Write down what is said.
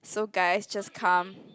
so guys just come